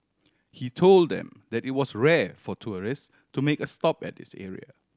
he told them that it was rare for tourist to make a stop at this area